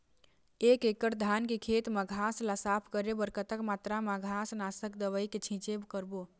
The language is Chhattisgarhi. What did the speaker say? एक एकड़ धान के खेत मा घास ला साफ करे बर कतक मात्रा मा घास नासक दवई के छींचे करबो?